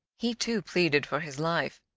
he too pleaded for his life,